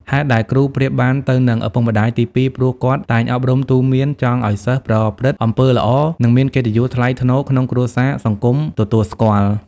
ហេតុដែល គ្រូប្រៀបបានទៅនឹងឱពុកម្តាយទីពីរព្រោះគាត់តែងអប់រំទូន្មានចង់ឱ្យសិស្សប្រព្រឹត្តអំពើល្អ និងមានកិត្តិយសថ្លៃថ្នូរក្នុងគ្រួសារ សង្គមទទួលស្គាល់។